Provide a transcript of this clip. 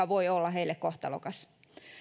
voi olla heille kohtalokas